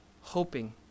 hoping